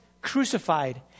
crucified